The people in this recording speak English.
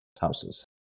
houses